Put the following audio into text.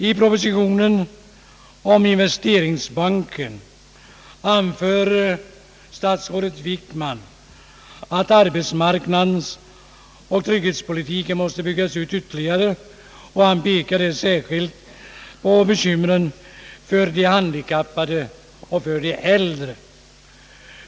I propositionen om investeringsbanken anför = statsrådet Wickman att arbetsmarknadsoch trygghetspolitiken måste byggas ut ytterligare, och han pekar särskilt på bekymren för de handikappade och för de äldre.